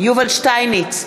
יובל שטייניץ,